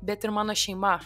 bet ir mano šeima